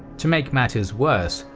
to make matters worse,